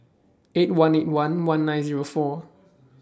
eight one eight one one nine Zero four